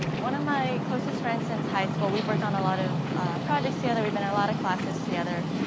one of my closest friends since high school, we've worked on a lot of projects together, we've been in a lot of classes together.